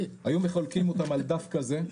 היו מחלקים אותם על דף כזה,